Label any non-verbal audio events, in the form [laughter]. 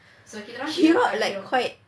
[noise] like quite